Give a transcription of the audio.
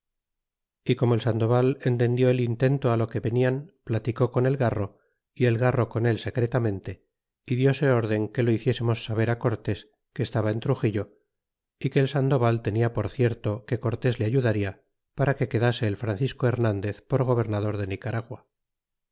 y como el sandoval entendió el intento lo que venian platicó con el garro y el garro con él secretamente y dióse órden que lo hiciésemos saber cortés que estaba en truxillo y que el sandoval tenia por cierto que cortés le ayudarla para que quedase el francisco hernandez por gobernador de nicaragua